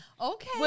Okay